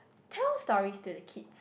tell stories to the kids